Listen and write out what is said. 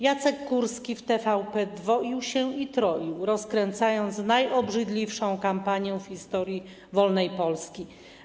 Jacek Kurski w TVP dwoił się i troił, rozkręcając najobrzydliwszą kampanię w historii wolnej Polski.